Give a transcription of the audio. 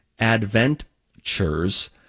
adventures